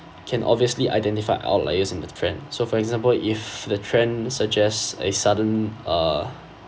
can obviously identify outliers in with the trend so for example if the trend suggests a sudden uh